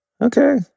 okay